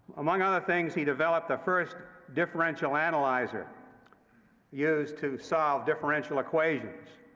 among other things, he developed the first differential analyzer used to solve differential equations.